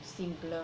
simpler